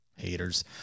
Haters